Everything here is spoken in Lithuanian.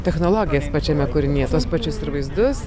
technologijas pačiame kūrinyje tuos pačius ir vaizdus